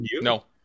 No